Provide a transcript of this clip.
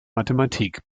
mathematik